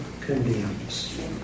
condemns